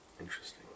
Interesting